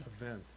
event